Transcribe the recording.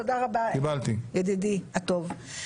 תודה רבה, ידידי הטוב.